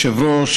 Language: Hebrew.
אדוני היושב-ראש,